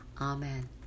Amen